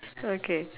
okay